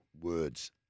Words